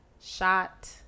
shot